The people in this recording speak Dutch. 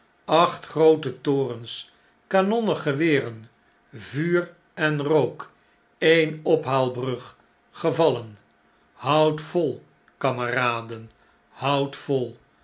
acht groote torens kanonnen geweren vuur en rook uene ophaalbrug gevallen houdt vol kameraden i houdt vol